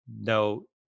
no